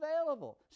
available